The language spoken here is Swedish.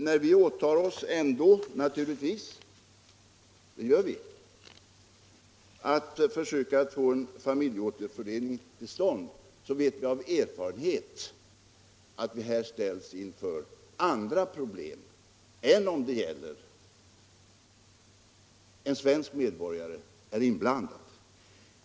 När vi ändå åtar oss — och det gör vi naturligtvis — att försöka få en familjeåterförening till stånd vet vi av erfarenhet, att vi här ställs inför andra problem än om en svensk medborgare är inblandad.